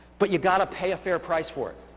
but you've gotta pay a fair price for it,